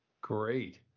Great